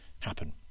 happen